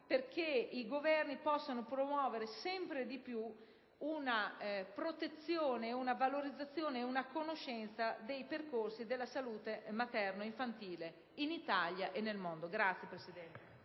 perché i loro Governi possano promuovere sempre più una protezione, una valorizzazione ed una conoscenza dei percorsi della salute materno-infantile in Italia e nel mondo. *(Applausi